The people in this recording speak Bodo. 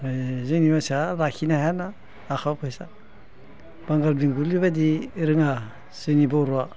जोंनि मानसिया लाखिनो हायाना आखाइयाव फैसा बांगाल बेंग'लि बायदि रोङा जोंनि बर'आ